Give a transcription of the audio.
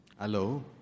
hello